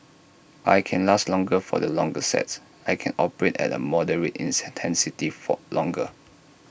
I can last longer for the longer sets I can operate at A moderate intensity for longer